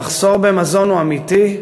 המחסור במזון הוא אמיתי,